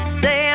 say